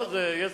אני מציע לאדוני,